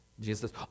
jesus